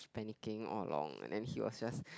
panicking all along and then he was just